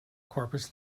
corpus